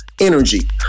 energy